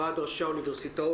ועד ראשי האוניברסיטאות.